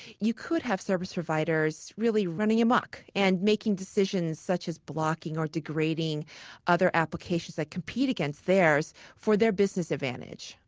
you could have service providers really running amok and making decisions such as blocking or degrading other applications that compete against theirs for their business advantage.